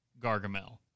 Gargamel